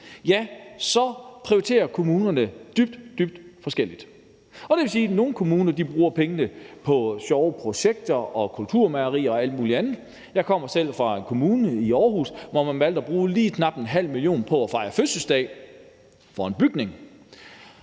så prioriterer kommunerne dybt, dybt forskelligt. Det vil sige, at nogle kommuner bruger pengene på sjove projekter og kulturmejerier og alt muligt andet. Jeg kommer selv fra en kommune, nemlig Aarhus Kommune, hvor man valgte at bruge lige knap 0,5 mia. kr. på at fejre fødselsdag for en bygning.